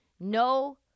No